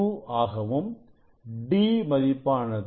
2 ஆகவும் d மதிப்பானது 0